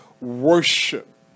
worship